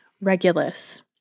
Regulus